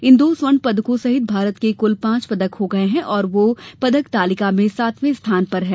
इन दो स्वर्ण पदकों सहित भारत के कुल पांच पदक हो गये हैं और वह पदक तालिका में सातवें स्थान पर है